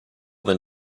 than